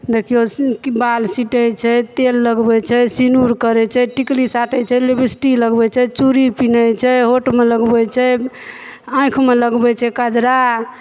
देखिऔ बाल सिटय छै तेल लगबय छै सिनुर करय छै टिकुली साटय छै लिपस्टिक लगबय छै चूड़ी पीन्है छै होठमऽ लगबय छै आँखिमे लगबय छै कजरा